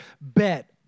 bet